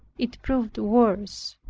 it proved worse.